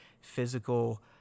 physical